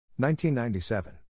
1997